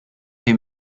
des